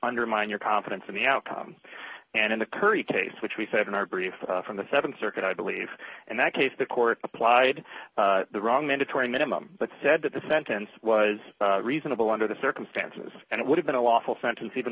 undermine your confidence in the outcome and in the currie case which we have in our brief from the th circuit i believe and that case the court applied the wrong mandatory minimum but said that the sentence was reasonable under the circumstances and it would have been a lawful sentence even